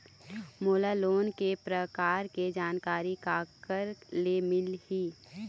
मोला लोन के प्रकार के जानकारी काकर ले मिल ही?